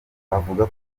avuga